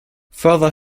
further